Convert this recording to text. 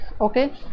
Okay